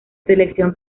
selección